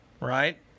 Right